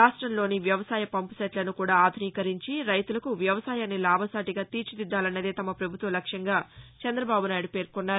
రాష్ట్రంలోని వ్యవసాయ పంప్ సెట్లను కూడా ఆధునీకరించి రైతులకు వ్యవసాయాన్ని లాభసాటిగా తీర్చాలన్నదే తమ ప్రభుత్వ లక్ష్యంగా చంద్రబాబు నాయుడు పేర్కొన్నారు